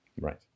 right